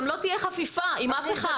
גם לא תהיה חפיפה עם אף אחד,